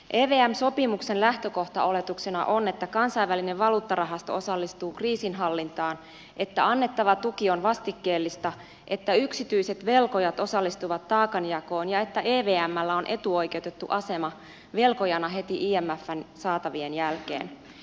evm sopimuksen lähtökohtaoletuksena on että kansainvälinen valuuttarahasto osallistuu kriisinhallintaan että annettava tuki on vastikkeellista että yksityiset velkojat osallistuvat taakanjakoon ja että evmllä on etuoikeutettu asema velkojana heti imfn saatavien jälkeen